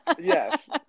Yes